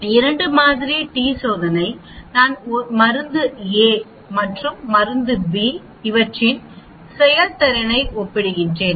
2 மாதிரி டி சோதனை நான் மருந்து A மற்றும் மருந்து B இவற்றின் செயல்திறனை ஒப்பிடுகிறேன்